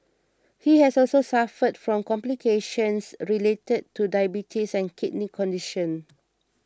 he had also suffered from complications related to diabetes and a kidney condition